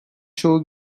çoğu